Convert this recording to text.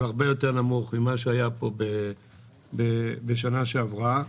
אבל הרבה יותר נמוך ממה שהיה פה בשנה שעברה.